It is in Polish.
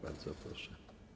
Bardzo proszę.